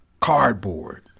cardboard